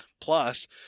Plus